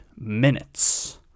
minutes